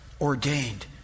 ordained